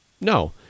No